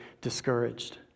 discouraged